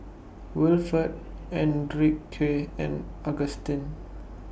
Wilford Enrique and Agustin